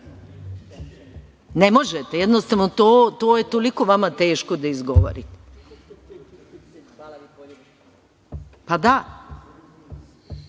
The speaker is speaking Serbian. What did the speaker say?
Ne možete, jednostavno, to je toliko vama teško da izgovorite. Znate